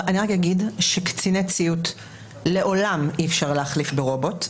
רק אגיד שקציני ציות לעולם אי אפשר להחליף ברובוט.